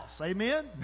amen